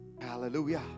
Hallelujah